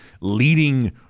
leading